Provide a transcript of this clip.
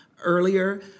earlier